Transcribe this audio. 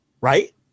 right